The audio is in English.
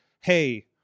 Hey